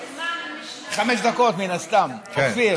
חמש דקות, מן הסתם, אופיר.